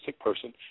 person